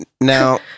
now